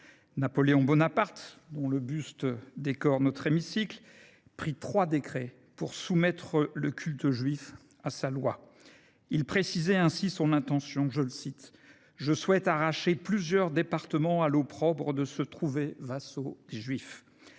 Napoléon Bonaparte, dont le buste décore notre hémicycle, prit trois décrets pour soumettre le culte juif à sa loi. Il précisait ainsi son intention :« je souhaite arracher plusieurs départements à l’opprobre de se trouver vassaux des Juifs »,